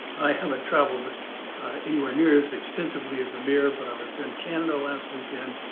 i haven't traveled anywhere new as extensively as amir. but i was in canada last weekend,